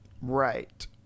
Right